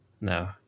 No